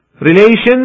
relations